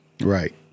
Right